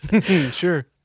sure